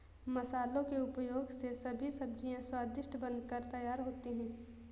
मसालों के उपयोग से सभी सब्जियां स्वादिष्ट बनकर तैयार होती हैं